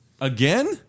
Again